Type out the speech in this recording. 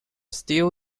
still